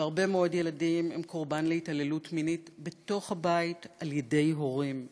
והרבה מאוד ילדים הם קורבן להתעללות מינית בתוך הבית על-ידי הורים.